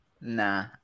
Nah